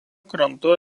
krantu